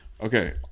Okay